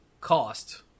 cost